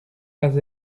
pas